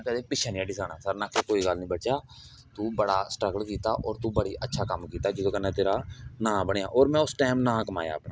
में कदें पिच्छे नेई हटी जाना कोई गल्ल नेईंं बच्चा तू बड़ा स्ट्रगल कीता और तू बड़ा अच्छा कम्म कीता जेहदे कन्नै थुआढ़ा नांऽ बनेआ और में उस टाइम नांऽ कमाया हा